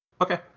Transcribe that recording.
Okay